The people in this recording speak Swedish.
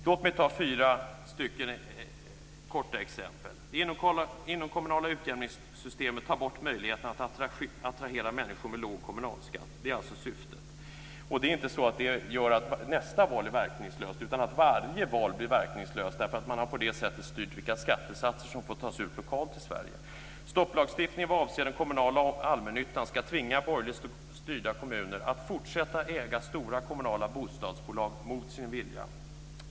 Låt mig ta fyra korta exempel. Det inomkommunala utjämningssystemet tar bort möjligheterna att attrahera människor med låg kommunalskatt. Det är alltså syftet. Det är inte så att det bara gör att nästa val är verkningslöst utan att varje val blir verkningslöst. På det sättet har man styrt vilka skattesatser som får tas ut lokalt i Sverige. Stopplagstiftningen vad avser den kommunala allmännyttan ska tvinga borgerligt styrda kommuner att fortsätta äga stora kommunala bostadsbolag mot sin vilja.